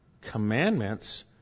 Commandments